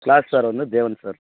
class sir வந்து ஜோவன் sir